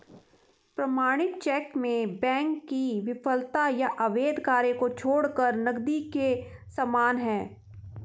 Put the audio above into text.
प्रमाणित चेक में बैंक की विफलता या अवैध कार्य को छोड़कर नकदी के समान है